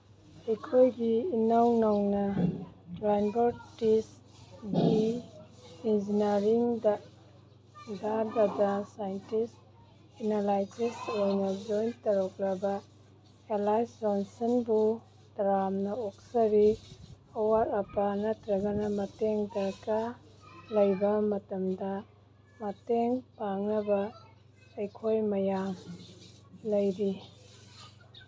ꯑꯩꯈꯣꯏꯒꯤ ꯏꯅꯧ ꯅꯧꯅ ꯗ꯭ꯔꯥꯏꯝꯕꯔ ꯇꯤꯁ ꯗꯤ ꯏꯟꯖꯤꯅ꯭ꯌꯥꯔꯤꯡꯗ ꯗꯇꯥ ꯁꯥꯏꯟꯇꯤꯁ ꯑꯦꯅꯂꯥꯏꯁꯤꯁ ꯑꯣꯏꯅ ꯖꯣꯏꯟ ꯇꯧꯔꯛꯂꯕ ꯑꯦꯂꯥꯏꯁ ꯖꯣꯟꯁꯟꯕꯨ ꯇꯔꯥꯝꯅ ꯑꯣꯛꯆꯔꯤ ꯑꯋꯥꯠ ꯑꯄꯥ ꯅꯠꯇ꯭ꯔꯒꯅ ꯃꯇꯦꯡ ꯗꯔꯀꯥꯔ ꯂꯩꯕ ꯃꯇꯝꯗ ꯃꯇꯦꯡ ꯄꯥꯡꯅꯕ ꯑꯩꯈꯣꯏ ꯃꯌꯥꯝ ꯂꯩꯔꯤ